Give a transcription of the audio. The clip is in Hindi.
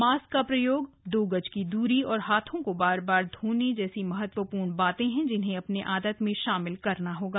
मास्क का प्रयोगए दो गज की दूरी और हाथों को बार बार धोने जैसी महत्वपूर्ण बातें हैं जिन्हें अपनी आदत में शामिल करना होगा